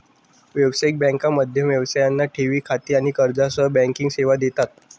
व्यावसायिक बँका मध्यम व्यवसायांना ठेवी खाती आणि कर्जासह बँकिंग सेवा देतात